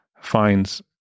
finds